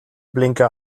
blinker